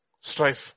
strife